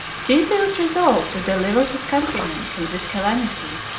theseus resolved to deliver his countrymen from this calamity,